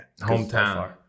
hometown